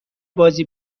بازی